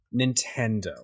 Nintendo